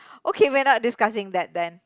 okay we are not discussing that then